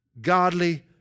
godly